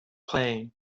playing